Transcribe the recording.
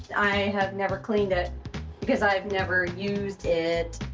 i have never cleaned it because i've never used it.